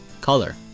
color